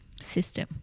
system